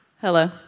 Hello